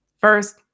First